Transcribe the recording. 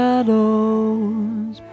Shadows